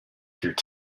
through